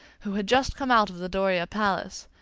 who had just come out of the doria palace,